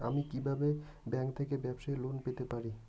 আমি কি কিভাবে ব্যাংক থেকে ব্যবসায়ী লোন পেতে পারি?